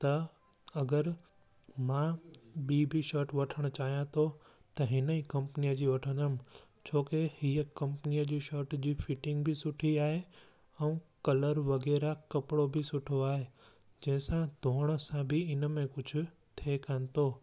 त अगरि मां ॿी बि शर्ट वठण चाहियां थो त हिन जी कंपनीअ जी वठंदुमि छो की हीअ कंपनीअ जी शर्ट जी फिटिंग बि सुठी आहे ऐं कलर वगैरा कपड़ो बि सुठो आहे जंहिंसां धोअण सां बि इन में कुझ थिए कोन थो